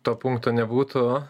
to punkto nebūtų